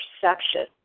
perception